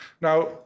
Now